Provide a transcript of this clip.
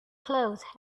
cloth